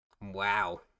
wow